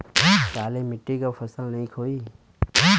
काली मिट्टी क फसल नीक होई?